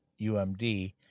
UMD